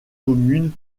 commune